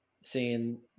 seeing